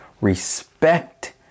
respect